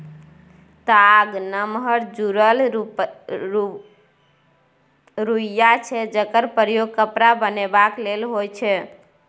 ताग नमहर जुरल रुइया छै जकर प्रयोग कपड़ा बनेबाक लेल होइ छै